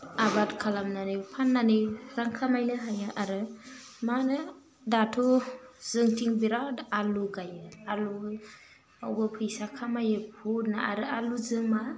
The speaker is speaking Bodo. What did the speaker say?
आबाद खालामनानै फान्नानै रां खामायनो हायो आरो मा होनो दाथ' जोंनिथिं बिराथ आलु गाइयो आलुवावबो फैसा खामायो बहुथनो आरो आलुजों मा